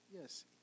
Yes